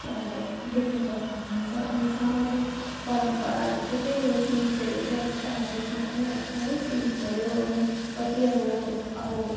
अब देख्नु सक्नु हुन्छ अनि सामाजिक परम्पराहरू चाहिँ त्यही हो तिजहरू चाहिँ अब सामाजिकमा आइहाल्छ है तिज भयो अनि कति अब अब